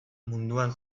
munduan